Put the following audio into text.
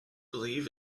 believe